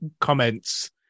comments